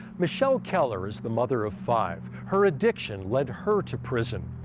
michele keller is the mother of five. her addiction led her to prison.